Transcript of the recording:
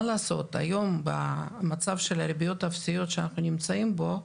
מה לעשות, היום במצב שאנחנו נמצאים בו,